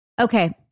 Okay